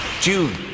June